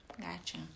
Gotcha